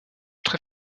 très